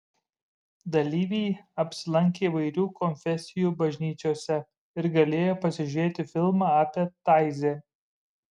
dalyviai apsilankė įvairių konfesijų bažnyčiose ir galėjo pasižiūrėti filmą apie taizė